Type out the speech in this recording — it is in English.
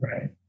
Right